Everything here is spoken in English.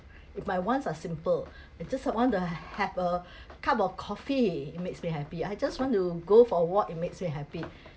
if my wants are simple I just want to have a cup of coffee it makes me happy I just want to go for a walk it makes me happy